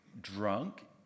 drunk